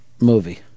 movie